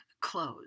clothes